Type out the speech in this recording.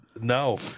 No